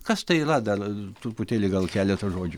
kas tai yra dar truputėlį gal keletą žodžių